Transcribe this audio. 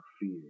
fear